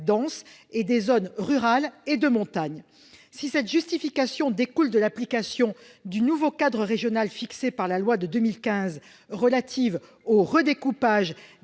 et des zones rurales et de montagne. Cette préconisation découle de l'application du nouveau cadre régional fixé par la loi de 2015 relative au redécoupage